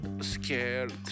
scared